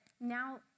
now